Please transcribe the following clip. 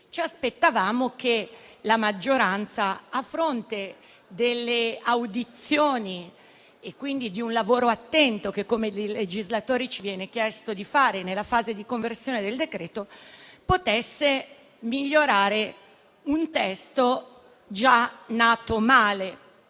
ci aspettavamo che la maggioranza, a fronte delle audizioni e quindi di un lavoro attento che come legislatori ci viene chiesto di fare nella fase di conversione del decreto, potesse migliorare un testo già nato male,